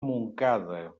montcada